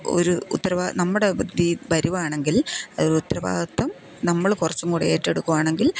ഒരു ഉത്തരവ നമ്മുടെ ഈ വരവാണെങ്കിൽ ഒരു ഉത്തരവാദിത്വം നമ്മള് കുറച്ചും കൂടെ ഏറ്റെടുക്കുവാണെങ്കിൽ